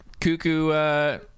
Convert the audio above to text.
Cuckoo